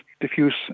diffuse